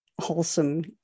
wholesome